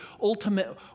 ultimate